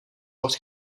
word